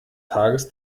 tages